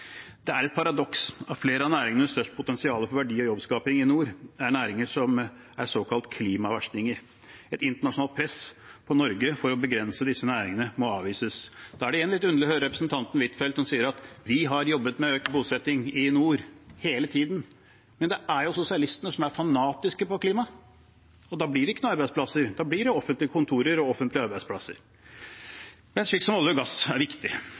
Det er et paradoks at flere av næringene med størst potensial for verdi- og jobbskaping i nord er næringer som er såkalt klimaverstinger. Et internasjonalt press på Norge for å begrense disse næringene må avvises. Da er det igjen litt underlig å høre representanten Huitfeldt, som sier at de har jobbet med økt bosetting i nord hele tiden. Det er jo sosialistene som er fanatiske på klima, og da blir det ikke noen arbeidsplasser, da blir det offentlige kontorer og offentlige arbeidsplasser. Olje og gass er viktig.